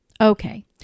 Okay